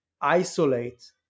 isolate